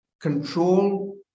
control